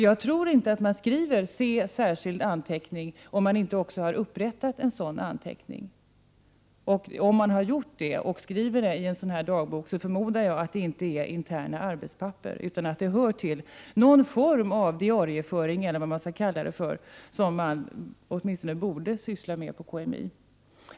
Jag tror inte att man skriver Se särskild anteckning, om man inte också har upprättat en sådan anteckning. Om man har gjort det och skrivit det i en sådan här dagbok, förmodar jag att det inte är fråga om interna arbetspapper, utan att de bör ha omfattats av någon form av diarieföring på KMI.